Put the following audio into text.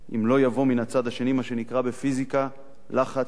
אם לא יבוא מן הצד השני מה שנקרא בפיזיקה 'לחץ שכנגד'